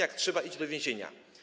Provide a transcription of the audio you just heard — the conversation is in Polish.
Jak trzeba, idzie do więzienia.